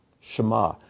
Shema